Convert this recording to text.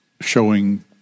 showing